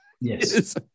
Yes